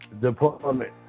Department